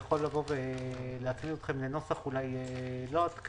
יכול להביא אתכם לנוסח לא עדכני,